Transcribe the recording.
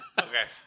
Okay